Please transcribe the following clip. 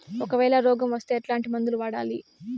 ఒకవేల రోగం వస్తే ఎట్లాంటి మందులు వాడాలి?